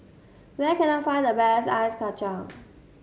where can I find the best Ice Kachang